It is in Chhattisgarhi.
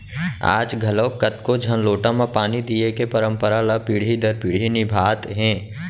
आज घलौक कतको झन लोटा म पानी दिये के परंपरा ल पीढ़ी दर पीढ़ी निभात हें